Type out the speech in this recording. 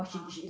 ah !huh!